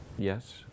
yes